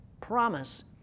promise